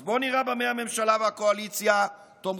אז בואו נראה במה הממשלה והקואליציה תומכות.